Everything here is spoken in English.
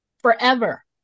Forever